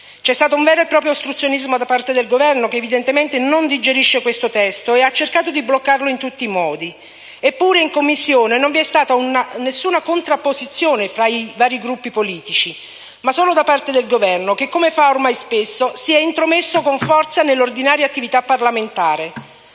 C'è stato un vero e proprio ostruzionismo da parte del Governo, che evidentemente non digerisce questo testo e ha cercato di bloccarlo in tutti i modi. Eppure, in Commissione non vi è stata una contrapposizione fra i vari Gruppi politici, ma solo da parte del Governo che, come fa ormai spesso, si è intromesso con forza nell'ordinaria attività parlamentare.